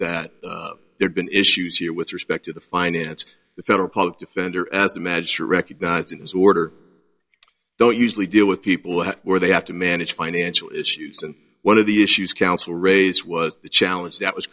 that there's been issues here with respect to the finance the federal public defender as the magic recognized in this order don't usually deal with people where they have to manage financial issues and one of the issues counsel raise was the challenge that was